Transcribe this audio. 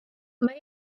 mae